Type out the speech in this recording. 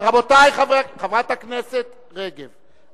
חברת הכנסת רגב,